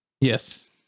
Yes